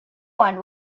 one